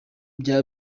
bya